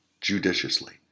judiciously